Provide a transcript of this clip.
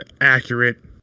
accurate